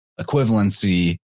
equivalency